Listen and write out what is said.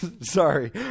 sorry